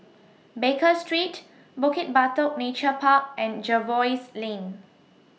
Baker Street Bukit Batok Nature Park and Jervois Lane